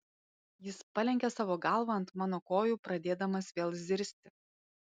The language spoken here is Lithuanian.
jis palenkė savo galvą ant mano kojų pradėdamas vėl zirzti